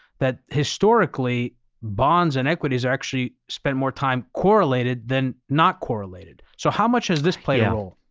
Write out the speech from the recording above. that historically bonds and equities actually spend more time correlated than not correlated. so how much does this play a role?